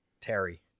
Terry